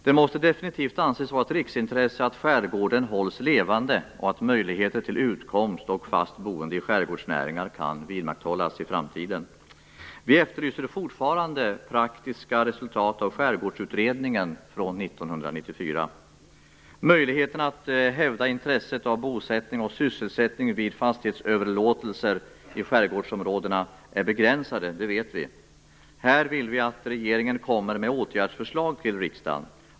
Det måste definitivt anses vara ett riksintresse att skärgården hålls levande och att möjligheter till utkomst i skärgårdsnäringar och fast boende i skärgården kan vidmakthållas i framtiden. Vi efterlyser fortfarande praktiska resultat av Skärgårdsutredningen från 1994. Möjligheterna att hävda intresset av bosättning och sysselsättning vid fastighetsöverlåtelser i skärgårdsområdena är begränsade - det vet vi. Här vill vi att regeringen kommer med åtgärdsförslag till riksdagen.